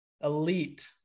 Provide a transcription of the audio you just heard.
Elite